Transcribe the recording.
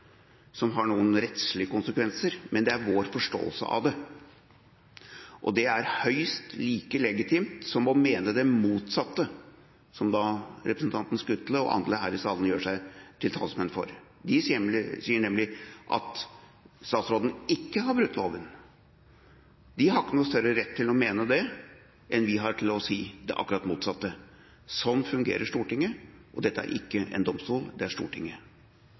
som har noen rettslige konsekvenser, men det er vår forståelse av det. Og det er like legitimt som å mene det motsatte, som representanten Skutle og andre her i salen gjør seg til talsmenn for. De sier nemlig at statsråden ikke har brutt loven. De har ikke større rett til å mene det enn vi har til å si akkurat det motsatte. Sånn fungerer Stortinget, og dette er ikke en domstol – dette er Stortinget.